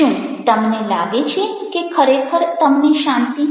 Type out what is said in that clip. શું તમને લાગે છે કે ખરેખર તમને શાંતિ છે